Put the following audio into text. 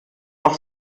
auch